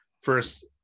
first